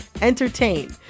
entertain